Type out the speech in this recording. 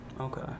Okay